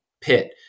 pit